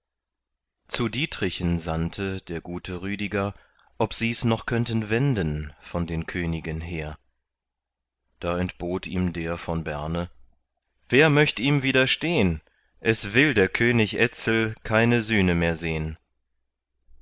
zu dietrichen sandte der gute rüdiger ob sie's noch könnten wenden von den köngen hehr da entbot ihm der von berne wer möcht ihm widerstehn es will der könig etzel keine sühne mehr sehn